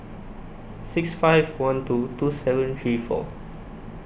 six five one two two seven three four